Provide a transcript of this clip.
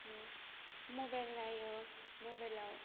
बिदिनो मबाइल नायो मबाइलाव